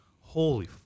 holy